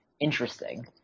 interesting –